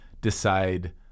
decide